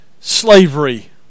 slavery